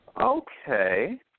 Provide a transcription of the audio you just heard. Okay